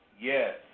Yes